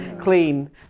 clean